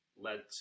led